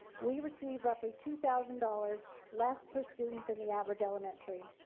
we received roughly two thousand dollars less per student than the average elementary.